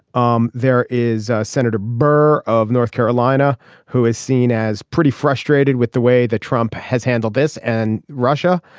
um there is senator burr of north carolina who is seen as pretty frustrated with the way that trump has handled this and russia.